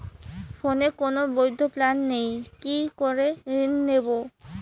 ফোনে কোন বৈধ প্ল্যান নেই কি করে ঋণ নেব?